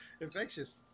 infectious